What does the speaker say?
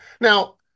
Now